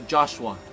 Joshua